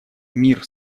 мир